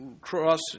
cross